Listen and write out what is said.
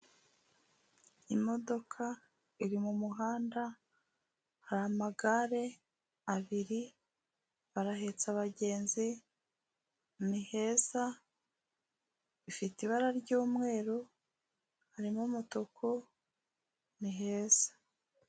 Imodoka iri mu muhanda hari amagare abiri arahetsa abagenzi, ni heza ifite ibara ry'umweru harimo umutuku ni heza.